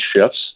shifts